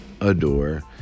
adore